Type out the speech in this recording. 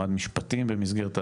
למד משפטים במסגרת העתודה,